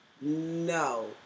No